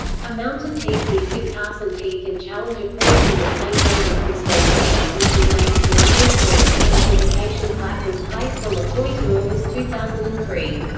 a mountain peak near kit carson peak and challenger point in the sangre de cristo range was renamed columbia point, and a dedication plaque was placed on the point in august two thousand and three.